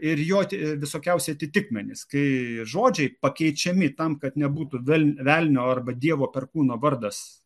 ir jo tie visokiausi atitikmenys kai žodžiai pakeičiami tam kad nebūtų vel velnio arba dievo perkūno vardas